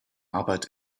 arbeit